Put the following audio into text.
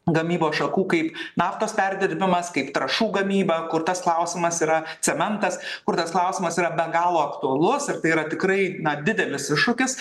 gamybos šakų kaip naftos perdirbimas kaip trąšų gamyba kur tas klausimas yra cementas kur tas klausimas yra be galo aktualus ir tai yra tikrai didelis iššūkis